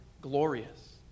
glorious